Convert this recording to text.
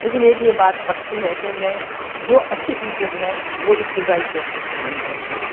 لیکن ایک یہ بات پکّی ہے کہ میں جو اچھے ٹیچرز ہیں وہ ابتدائی کلاسز میں ہونے چاہیے